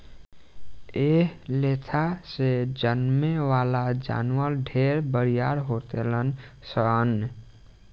एह लेखा से जन्में वाला जानवर ढेरे बरियार होखेलन सन